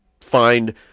find